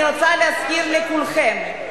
אני רוצה להזכיר לכולכם: